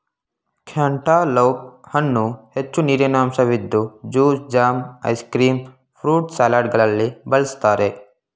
cantaloupe ಹಣ್ಣು ಹೆಚ್ಚು ನೀರಿನಂಶವಿದ್ದು juice, jam, ice cream, fruit ಸಲಾಡ್ಗಳಲ್ಲಿ ಬಳ್ಸತ್ತರೆ